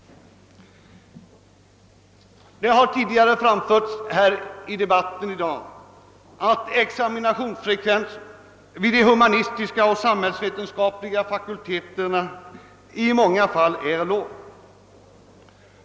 Här har tidigare i dag i debatten framförts att examinationsfrekvensen vid de humanistiska och samhällsvetenskapliga fakulteterna i många fall är låg.